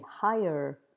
higher